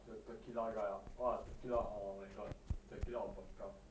the tequila guy ah !wah! tequila oh my god tequila or vodka